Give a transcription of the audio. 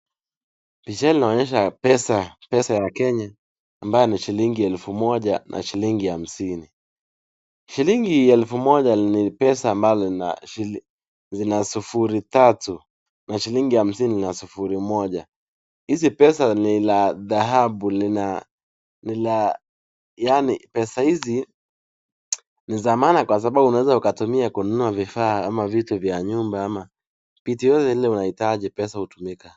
Picha hili linaonyesha pesa. Pesa ya wa Kenya, ambayo ni shilingi elfu moja na shilingi hamsini. Shilingi elfu moja ni pesa ambalo zina sufuri tatu na shilingi hamsini ina sufuri moja. Hizi pesa ni la dhahabu, lina yaani, pesa hizi ni za maana kwa sababu unaweza tumia kununua vifaa ama vitu za nyumba ama kitu yoyote ile unahitaji, pesa hutumika.